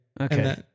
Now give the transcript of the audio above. Okay